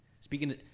speaking